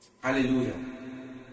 Hallelujah